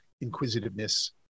inquisitiveness